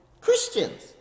Christians